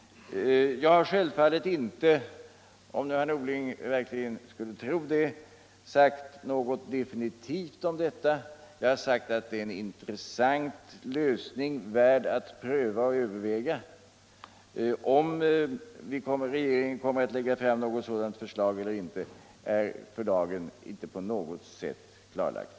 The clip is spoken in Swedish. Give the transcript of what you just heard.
Jag har självfallet inte — om nu herr Norling skulle tro det — sagt något definitivt om detta. Jag har sagt att det är en intressant lösning värd att pröva och överväga. Om regeringen kommer att lägga fram något sådant förslag eller inte är för dagen inte på något sätt klarlagt.